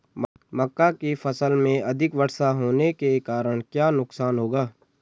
मक्का की फसल में अधिक वर्षा होने के कारण क्या नुकसान होगा?